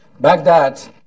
Baghdad